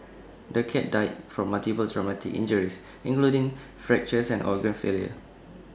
the cat died from multiple traumatic injuries including fractures and organ failure